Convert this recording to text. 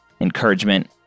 encouragement